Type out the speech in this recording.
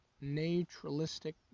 naturalistic